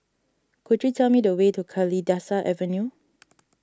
could you tell me the way to Kalidasa Avenue